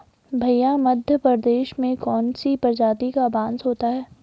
भैया मध्य प्रदेश में कौन सी प्रजाति का बांस होता है?